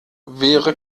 wäre